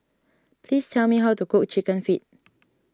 please tell me how to cook Chicken Feet